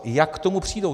Jak k tomu přijdou?